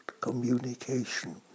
communication